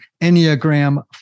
Enneagram